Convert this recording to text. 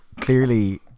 clearly